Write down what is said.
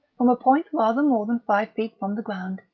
from a point rather more than five feet from the ground,